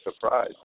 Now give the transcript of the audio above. surprise